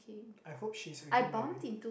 I hope she's already married